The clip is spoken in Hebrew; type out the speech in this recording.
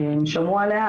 שמעו עליה,